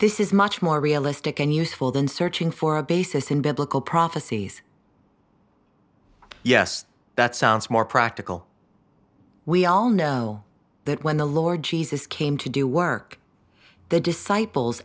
this is much more realistic and useful than searching for a basis in biblical prophecies yes that sounds more practical we all know that when the lord jesus came to do work the disciples